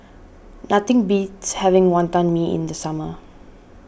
nothing beats having Wonton Mee in the summer